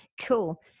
Cool